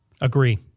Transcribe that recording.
Agree